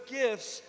gifts